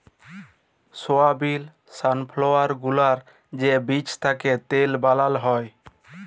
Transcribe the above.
সয়াবিল, sunflower গুলার যে বীজ থ্যাকে তেল বালাল হ্যয়